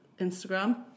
Instagram